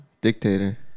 Dictator